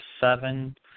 seven